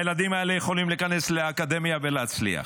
הילדים האלה יכולים להיכנס לאקדמיה ולהצליח.